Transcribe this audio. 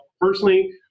personally